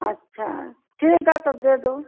अच्छा ठीक है तो दे दो